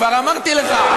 כבר אמרתי לך,